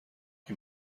این